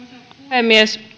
puhemies